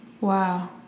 Wow